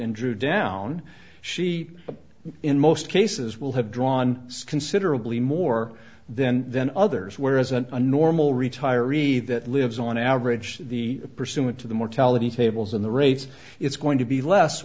and drew down she in most cases will have drawn considerably more then than others whereas an enormous retiree that lives on average the pursuant to the mortality tables in the rates it's going to be less